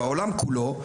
בעולם כולו,